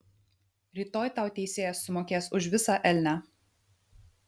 rytoj tau teisėjas sumokės už visą elnią